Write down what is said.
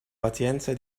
pazienza